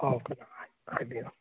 ꯑꯧ ꯀꯅꯥ ꯍꯥꯏꯕꯤꯌꯣ